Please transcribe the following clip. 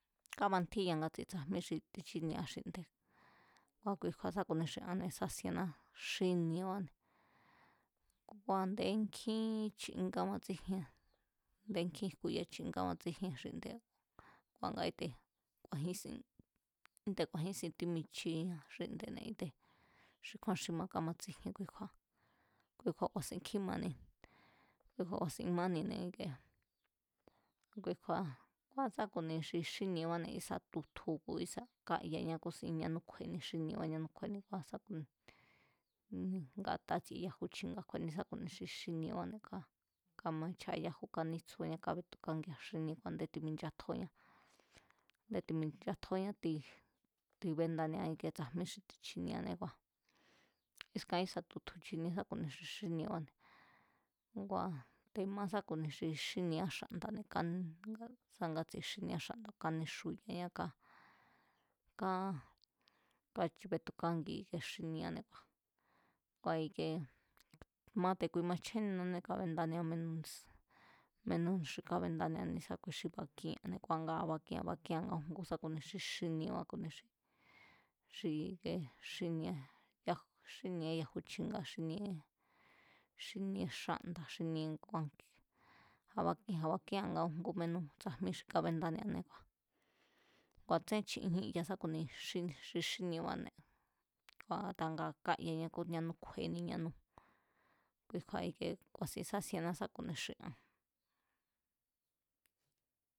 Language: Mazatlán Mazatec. Kábantjíya ngatsi tsajmí xi tichinieá xí nde̱ ngua̱ kui kju̱a̱ sá ku̱nia xi anne̱ sasienná xíniebáne̱ kua̱ ndé nkjín chi kámatsíjienne̱, i̱nde nkjín jku̱ya chin kámatsíjien xi nde̱, kua̱ nga kíte̱ ku̱a̱jínsin tímichiña xínde̱ne̱ íte̱ xi kjúán xi ma kámatsíjien kui kju̱a̱, kui kju̱a̱ ku̱a̱sin kjímani kui kju̱a̱ ku̱a̱sin mánine̱ i̱kie, ku kju̱a̱ sá ku̱nia xi xíniebáne̱ ísa̱ tutju ku̱ ísa̱ káyañá sá yánú kjueni xínieba, yánú kjueni kua̱ sá ku̱ni nga̱ta tsi̱e̱ yaju chi̱nga̱ kjueni sá ku̱ni xi xíniebáne̱ ká, kamaíchjáa yáju, kánítsjúñá kábetukángia̱ xíníé ku a̱ndé timinchatjóñá, a̱ndé timinchatjóñá, tibéndánia íkie tsajmí xi tichinieánée̱ kua̱, iskan ísa̱ tutju chinie sá ku̱ni xi xíniebáne̱, ngua̱ te̱ ma sá ku̱ni xi xíniá xa̱nda̱ne̱, kán sa ngatsi xi xíniea xa̱nda̱ káníxuyañá ká, ká, kábetukángi xi xínieáne̱ kua, kua̱ i̱kie ma te̱ kui machjeninané kabéndániá mínú ss, menú xi kabéndánia ne̱ésákui xi bakía̱nne̱ kua̱ nga bakía̱n a̱ bakía̱n nga újngú sa ku̱ni xi xíniebá sá ku̱ni xi, xi i̱kie xi xínieá yaju chi̱nga̱ xi xíníé xínie xánda̱ kua̱ a̱ bakía̱ a̱ nbakía̱n nga újngu mínú tsajmí xi kábendánianée̱ kua̱, kua̱ tsén chinjín ya sá ku̱ni xi xíniabane̱ kua̱ a̱ta nga káyañá ñanú kjueni ñánú kui kju̱a̱ ikie ku̱a̱sín sásienná sá ku̱nia xi an.